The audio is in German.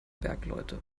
bergleute